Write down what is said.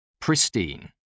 Pristine